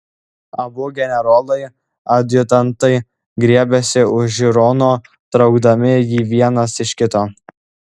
abu generolai ir adjutantai griebėsi už žiūrono traukdami jį vienas iš kito